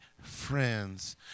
friends